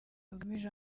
bugamije